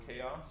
chaos